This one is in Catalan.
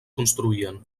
construïen